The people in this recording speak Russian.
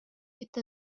это